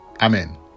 Amen